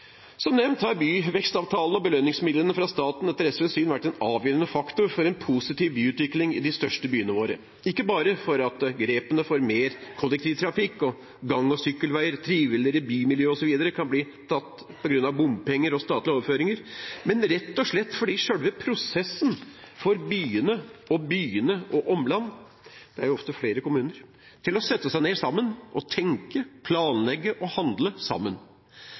Som nevnt har byvekstavtaler og belønningsmidlene fra staten etter SVs syn vært en avgjørende faktor for en positiv byutvikling i de største byene våre, ikke bare for at grepene for mer kollektivtrafikk og gang- og sykkelveier, triveligere bymiljø, osv. kan tas på grunn av bompenger og statlige overføringer, men rett og slett fordi selve prosessen for byene og omland – det er jo ofte flere kommuner – innebærer å sette seg ned sammen og tenke, planlegge og handle sammen.